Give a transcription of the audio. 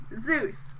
Zeus